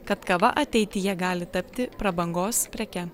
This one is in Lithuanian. kad kava ateityje gali tapti prabangos preke